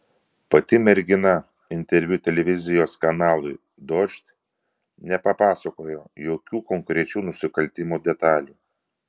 pati mergina interviu televizijos kanalui dožd nepapasakojo jokių konkrečių nusikaltimo detalių